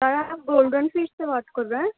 سر آپ golden fish سے بات کر رہے ہیں